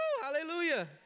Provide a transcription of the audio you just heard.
Hallelujah